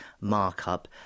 markup